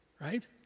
right